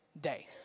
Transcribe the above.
day